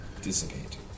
dissipate